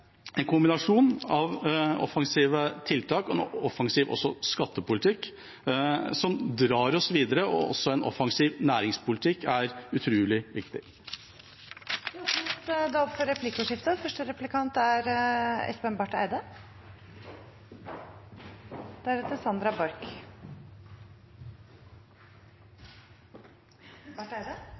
en kombinasjon av offensive tiltak og offensiv skattepolitikk som drar oss videre, og også en offensiv næringspolitikk er utrolig viktig. Det blir replikkordskifte. Representanten Kjenseth sa mye riktig og